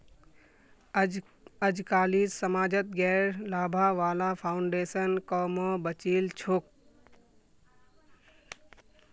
अजकालित समाजत गैर लाभा वाला फाउन्डेशन क म बचिल छोक